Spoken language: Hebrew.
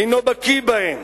אינו בקי בהם